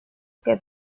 que